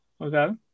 Okay